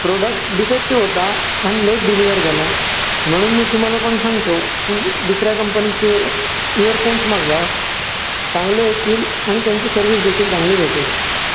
product defective होता आणि late deliver झाला म्हणून मी तुम्हाला पण सांगतो की दुसऱ्या कंपनीचे इयरफोन्स मागवा चांगले येतील आणि त्यांची सर्विस देखील चांगली भेटेल